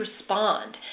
respond